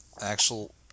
actual